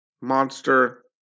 Monster